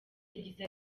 yagize